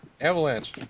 Avalanche